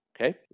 Okay